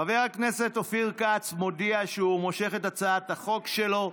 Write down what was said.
חבר הכנסת אופיר כץ מודיע שהוא מושך את הצעת החוק שלו.